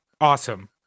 Awesome